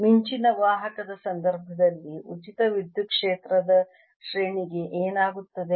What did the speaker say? ಮಿಂಚಿನ ವಾಹಕದ ಸಂದರ್ಭದಲ್ಲಿ ಉಚಿತ ವಿದ್ಯುತ್ ಕ್ಷೇತ್ರದ ಶ್ರೇಣಿಗೆ ಏನಾಗುತ್ತದೆ